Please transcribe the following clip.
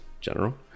general